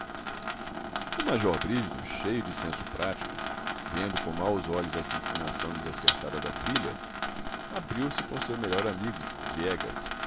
o major brígido cheio de senso prático vendo com maus olhos essa inclinação desacertada da filha abriu-se com o seu melhor amigo o viegas